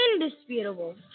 Indisputable